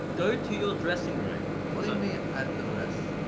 go to your dressing room. what do you mean at the rest?